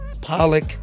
Pollock